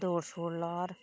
कि दौड़ शौड़ ला कर